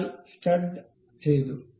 അതിനാൽ സ്റ്റഡ് ചെയ്തു